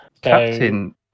Captain